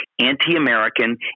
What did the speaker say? anti-American